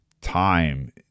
time